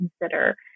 consider